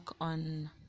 on